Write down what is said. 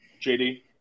JD